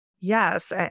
Yes